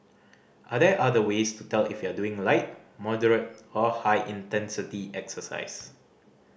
are there other ways to tell if you are doing light moderate or high intensity exercise